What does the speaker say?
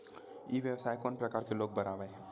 ई व्यवसाय कोन प्रकार के लोग बर आवे?